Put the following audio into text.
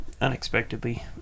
Unexpectedly